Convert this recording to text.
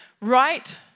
right